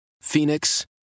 Phoenix